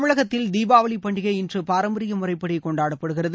தமிழகத்தில் தீபவாளி பண்டிகை இன்று பாரம்பரிய முறைப்படி கொண்டாடப்படுகிறது